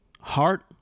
heart